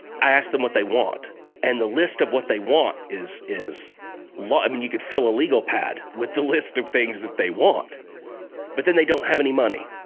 i ask them what they want and the list of what they want is is lot, i mean you could fill a legal pad with the list of things that they want but then they don't have any money